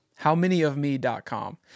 howmanyofme.com